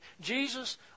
Jesus